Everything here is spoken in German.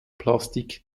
plastik